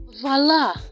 voila